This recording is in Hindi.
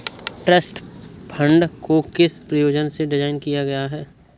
ट्रस्ट फंड को किस प्रयोजन से डिज़ाइन किया गया है?